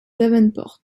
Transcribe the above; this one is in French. davenport